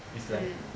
it's like